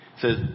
says